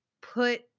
put